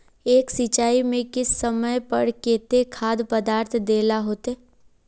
एक सिंचाई में किस समय पर केते खाद पदार्थ दे ला होते?